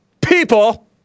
people